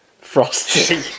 Frosty